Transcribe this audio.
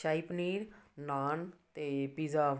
ਸ਼ਾਹੀ ਪਨੀਰ ਨਾਨ ਅਤੇ ਪੀਜ਼ਾ